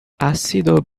ácido